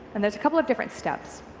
and there's a couple of different steps.